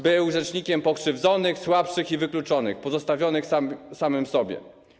Był rzecznikiem pokrzywdzonych, słabszych i wykluczonych, pozostawionych samym sobie.